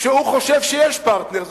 שהוא חושב שיש פרטנר.